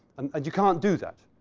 and you can't do that.